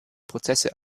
prozesse